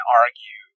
argue